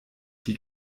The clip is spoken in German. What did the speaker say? die